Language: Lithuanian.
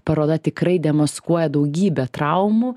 paroda tikrai demaskuoja daugybę traumų